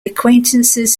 acquaintances